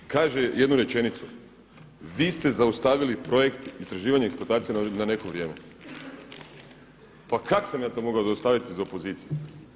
Kaže jednu rečenicu: „Vi ste zaustavili projekt istraživanje i eksploatacija na neko vrijeme.“ Pa kak' sam ja to mogao zaustaviti iz opozicije?